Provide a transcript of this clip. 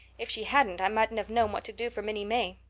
if she hadn't i mightn't have known what to do for minnie may.